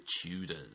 Tudors